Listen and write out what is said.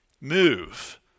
Move